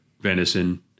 venison